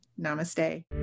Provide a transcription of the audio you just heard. Namaste